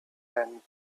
then